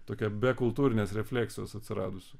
tokia be kultūrinės refleksijos atsiradusių